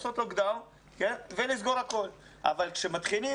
אבל כשמתחילים,